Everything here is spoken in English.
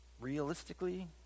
realistically